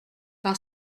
par